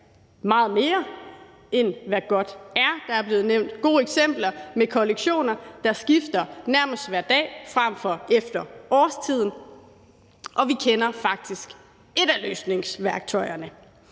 meget mere, end hvad godt er. Der er blevet nævnt gode eksempler med kollektioner, der skifter nærmest hver dag frem for efter årstiden. Og vi kender faktisk et af løsningssværktøjerne,